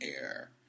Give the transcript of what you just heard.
air